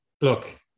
look